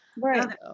Right